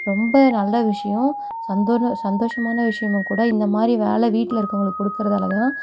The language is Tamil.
ரொம்ப நல்ல விஷயம் சந்தோர சந்தோஷமான விஷயமும் கூட இந்த மாதிரி வேலை வீட்டில் இருக்கவங்களுக்கு கொடுக்கறதால தான்